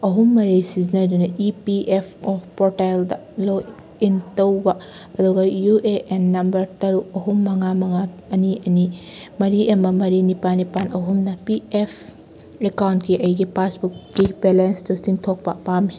ꯑꯍꯨꯝ ꯃꯔꯤ ꯁꯤꯖꯤꯟꯅꯗꯨꯅ ꯏ ꯄꯤ ꯑꯦꯐ ꯑꯣ ꯄꯣꯔꯇꯦꯜꯗ ꯂꯣꯛꯏꯟ ꯇꯧꯕ ꯑꯗꯨꯒ ꯌꯨ ꯑꯦ ꯑꯦꯟ ꯅꯝꯕꯔ ꯇꯔꯨꯛ ꯑꯍꯨꯝ ꯃꯉꯥ ꯃꯉꯥ ꯑꯅꯤ ꯑꯅꯤ ꯃꯔꯤ ꯑꯃ ꯃꯔꯤ ꯅꯤꯄꯥꯜ ꯅꯤꯄꯥꯜ ꯑꯍꯨꯝꯅ ꯄꯤ ꯑꯦꯐ ꯑꯦꯀꯥꯎꯟꯒꯤ ꯑꯦꯒꯤ ꯄꯥꯁꯕꯨꯛꯀꯤ ꯕꯦꯂꯦꯟꯁꯇꯨ ꯆꯤꯡꯊꯣꯛꯄ ꯄꯥꯝꯃꯤ